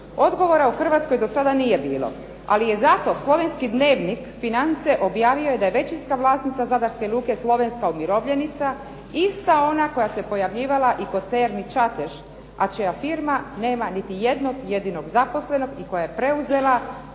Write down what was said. Odgovora u Hrvatskoj do sada nije bilo. Ali je zato slovenski dnevnik "Finance" objavio da je većinska vlasnica zastupnica Zadarske "Luke" slovenska umirovljenica, ista ona koja se pojavljivala i kod Termi "Čatež", a čija firma nema niti jednog jedinog zaposlenog i koja je preuzela